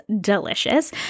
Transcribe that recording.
delicious